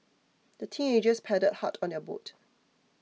the teenagers paddled hard on their boat